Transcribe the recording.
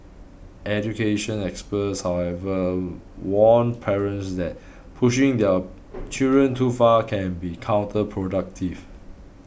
education experts however warn parents that pushing their children too far can be counterproductive